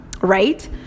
right